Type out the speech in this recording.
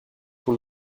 pour